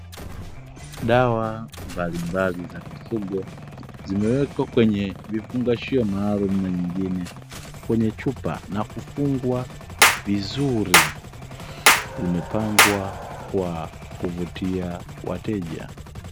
Dawa mbalimbali za mifugo, zimewekwa kwenye vifungashio maalumu na nyingine kwenye chupa na kufungwa vizuri. Zimepangwa kwa kuvutia wateja.